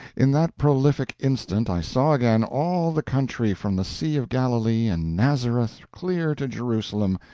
in that prolific instant i saw again all the country from the sea of galilee and nazareth clear to jerusalem,